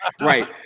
Right